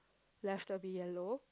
left will be yellow